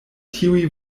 tiuj